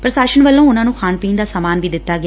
ਪ੍ਰਸ਼ਾਸਨ ਵੱਲੋਂ ਉਨੂਾ ਨੂੰ ਖਾਣ ਪੀਣ ਦਾ ਸਾਮਾਨ ਵੀ ਦਿੱਤਾ ਗਿਆ